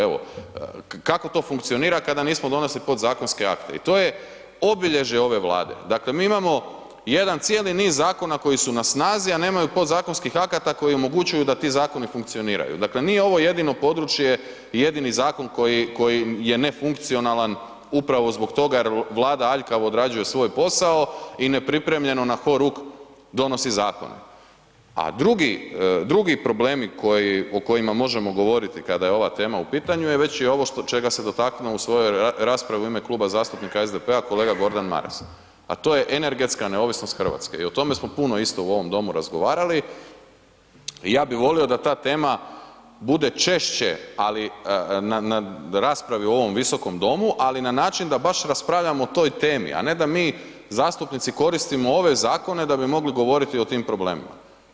Evo kako to funkcionira kada nismo donesli podzakonski akte i to je obilježje ove Vlade, dakle mi imamo jedan cijeli niz zakona koji su na snazi a nemaju podzakonskih akata koji omogućuju da ti zakoni funkcioniraju, dakle nije ovo jedino područje, jedini zakon koji je nefunkcionalan upravo zbog toga jer Vlada aljkavo odrađuje svoj posao i nepripremljeno na horuk donosi zakon a drugi problemi o kojima možemo govoriti kada je ova tema u pitanju je već i ovo čega se dotaknuo u svojoj raspravi u ime Kluba zastupnika SDP-a kolega Gordan Maras a to je energetska neovisnost Hrvatske i o tome smo puno isto u ovom domu razgovarali, ja bi volio da ta tema bude češće ali na raspravi u ovom Visokom domu ali na način da baš raspravljamo o toj temi a ne da mi zastupnici koristimo ove zakone da bi mogli govoriti o tim problemima.